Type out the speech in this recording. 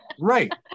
right